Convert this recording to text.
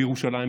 בירושלים,